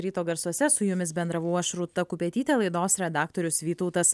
ryto garsuose su jumis bendravau aš rūta kupetytė laidos redaktorius vytautas